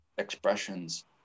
expressions